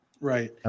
Right